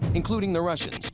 including the russians,